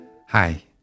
Hi